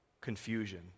confusion